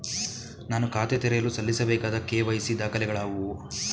ನಾನು ಖಾತೆ ತೆರೆಯಲು ಸಲ್ಲಿಸಬೇಕಾದ ಕೆ.ವೈ.ಸಿ ದಾಖಲೆಗಳಾವವು?